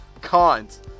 Cons